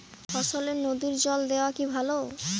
ফসলে নদীর জল দেওয়া কি ভাল?